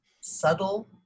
subtle